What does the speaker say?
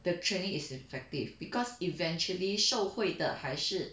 the training is effective because eventually 受惠的还是